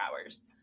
hours